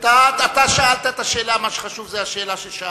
אתה שאלת את השאלה, מה שחשוב זה השאלה ששאלת.